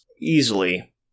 easily